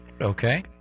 Okay